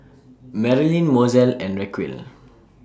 Merlyn Mozell and Racquel